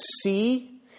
see